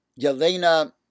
Yelena